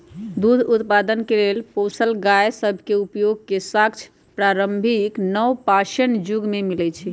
दूध उत्पादन के लेल पोसल गाय सभ के उपयोग के साक्ष्य प्रारंभिक नवपाषाण जुग में मिलइ छै